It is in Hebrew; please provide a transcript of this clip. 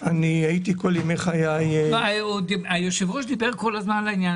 אם אתה יכול להתייחס בבקשה לא רק לסוכר.